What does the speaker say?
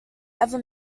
ever